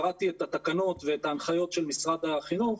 קראתי את התקנות ואת ההנחיות של משרד החינוך.